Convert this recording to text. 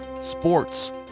sports